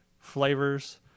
flavors